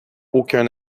aucun